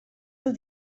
del